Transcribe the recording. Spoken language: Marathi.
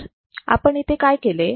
तर आपण इथे काय केले आहे